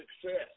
success